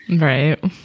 Right